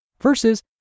versus